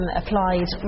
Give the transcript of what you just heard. applied